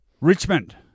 Richmond